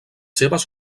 seves